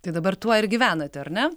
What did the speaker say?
tai dabar tuo ir gyvenat ar ne